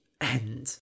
end